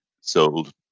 sold